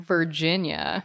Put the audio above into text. Virginia